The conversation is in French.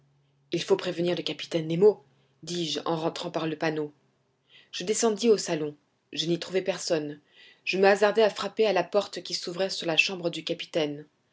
il faut prévenir le capitaine nemo dis-je en rentrant par le panneau je descendis au salon je n'y trouvai personne je me hasardai à frapper à la porte qui s'ouvrait sur la chambre du capitaine